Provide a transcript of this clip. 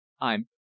I'm